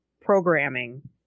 programming